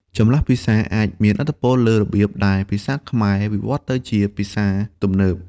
ចម្លាស់ភាសាអាចមានឥទ្ធិពលលើរបៀបដែលភាសាខ្មែរវិវត្តទៅជាភាសាទំនើប។